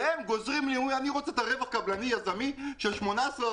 והן גוזרות לי: אני רוצה את הרווח הקבלני היזמי של 18%,